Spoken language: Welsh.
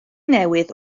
newydd